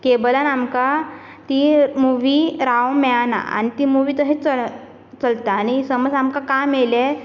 केबलान आमकां ती मुवी रावोवपाक मेळना आनी ती मुवी तशीच चलत चलता आनी सपोज आमकां काम येयलें